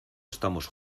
estamos